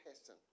person